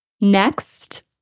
next